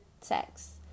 sex